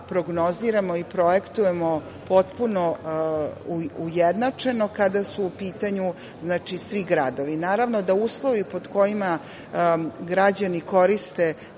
prognoziramo i projektujemo potpuno ujednačeno kada su u pitanju svi gradovi. Naravno, da uslovi pod kojima građani koriste